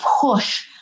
push